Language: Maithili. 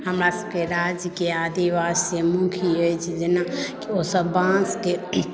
हमरा सभके राज्यके आदिवासी मुख्य अछि जेना ओसभ बाँसके